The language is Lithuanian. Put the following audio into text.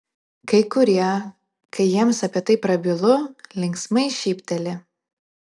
kai kurie kai jiems apie tai prabylu linksmai šypteli